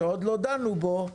שעוד לא דנו בו,